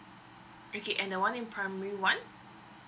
okay and the one in primary one